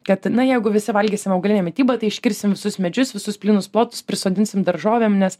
kad na jeigu visi valgysime augalinę mitybą tai iškirsim visus medžius visus plynus plotus prisodinsim daržovėm nes